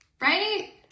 right